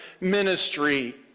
ministry